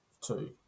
two